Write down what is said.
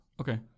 Okay